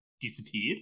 disappeared